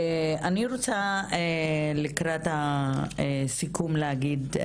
אני רוצה לסיכום להגיד,